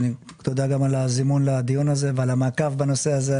תודה גם על הזימון לדיון הזה ועל המעקב בנושא הזה,